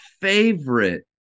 favorite